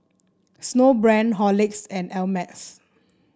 Snowbrand Horlicks and Ameltz